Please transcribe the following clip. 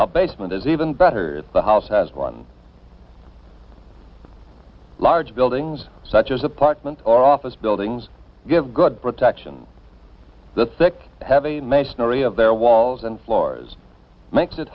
a basement is even better if the house has one large buildings such as apartment or office buildings give good protection the thick heavy masonry of their walls and floors makes it